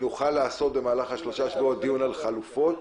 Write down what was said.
נוכל לעשות במהלך השלושה שבועות דיון על חלופות,